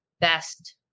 best